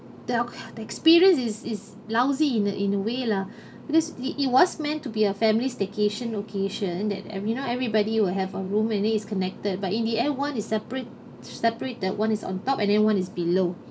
the the experience is is lousy in in a way lah because it was meant to be a family staycation location that every you know everybody will have a room that is connected but in the end one is separate separate that one is on top and then one is below